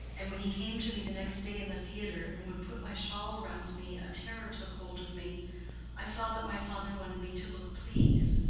and when he came to me the next day in the theatre and would put my shawl around me, a terror took hold of me i saw that my father wanted me to look pleased.